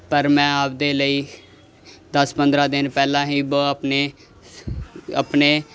ਪਰ ਮੈਂ ਆਪਣੇ ਲਈ ਦਸ ਪੰਦਰਾਂ ਦਿਨ ਪਹਿਲਾਂ ਹੀ ਬ ਆਪਣੇ ਆਪਣੇ